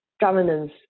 governance